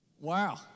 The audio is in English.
Wow